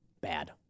bad